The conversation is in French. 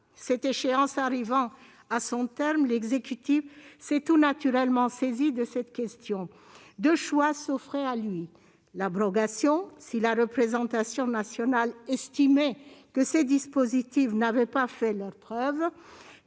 L'échéance arrivant à son terme, l'exécutif s'est tout naturellement saisi de cette question. Deux choix s'offraient à lui : l'abrogation, si la représentation nationale estimait que ces dispositifs n'avaient pas fait leurs preuves